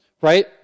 Right